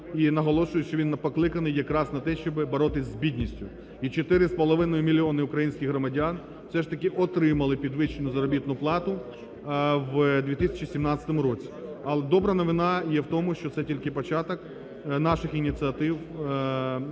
І наголошую, що він покликаний якраз на те, щоб боротись з бідністю. І 4,5 мільйони українських громадян все ж таки отримали підвищену заробітну плату в 2017 році. Але добра новина є в тому, що це тільки початок наших ініціатив